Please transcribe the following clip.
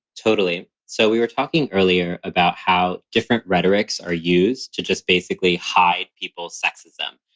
totally. so we were talking earlier about how different rhetoric's are used to just basically hide people's sexism.